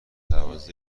توسط